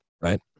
right